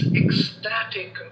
ecstatic